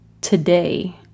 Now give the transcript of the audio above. today